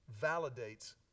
validates